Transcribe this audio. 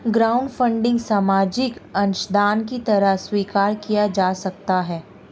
crowdfunding सामाजिक अंशदान की तरह स्वीकार किया जा सकता है